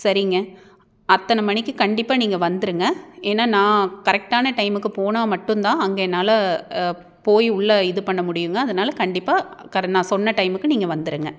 சரிங்க அத்தனை மணிக்கு கண்டிப்பாக நீங்கள் வந்துடுங்க ஏன்னா நான் கரெக்டான டைமுக்கு போனால் மட்டுந்தான் அங்கே என்னால் போய் உள்ளே இது பண்ண முடியுங்க அதனால் கண்டிப்பாக நான் சொன்ன டைமுக்கு நீங்கள் வந்துடுங்க